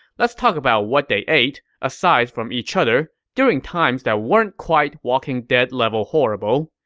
let's talk about what they ate, aside from each other, during times that weren't quite walking dead-level horrible.